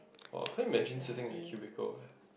!wah! can't imagine sitting in a cubicle eh